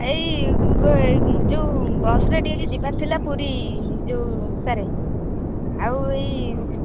ଏଇ ଗୋ ଯେଉଁ ବସ୍ରେ ଟିକେ ଯିବାର ଥିଲା ପୁରୀ ଯେଉଁ ସାରେ ଆଉ ଏଇ